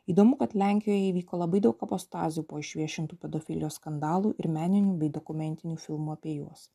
įdomu kad lenkijoje įvyko labai daug apostazių po išviešintų pedofilijos skandalų ir meninių bei dokumentinių filmų apie juos